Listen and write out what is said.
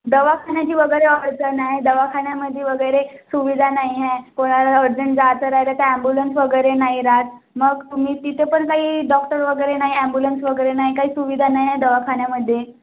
दवाखान्याची वगैरे अडचण आहे दवाखान्यामध्ये वगैरे सुविधा नाही आहे कोणाला अर्जंट जायचं राहिलं तर ॲम्ब्युलन्स वगैरे नाही राहत मग तुम्ही तिथे पण काही डॉक्टर वगैरे नाही ॲम्ब्युलन्स वगैरे नाही काही सुविधा नाही आहे दवाखान्यामध्ये